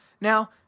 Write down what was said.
Now